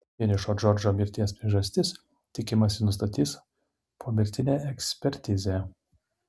vienišo džordžo mirties priežastis tikimasi nustatys pomirtinė ekspertizė